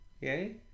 Yay